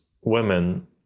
women